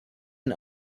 and